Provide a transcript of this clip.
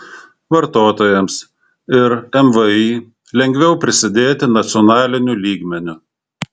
vartotojams ir mvį lengviau prisidėti nacionaliniu lygmeniu